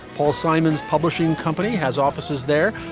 paul simon's publishing company has offices there.